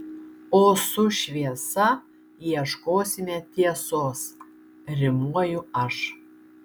o su šviesa ieškosime tiesos rimuoju aš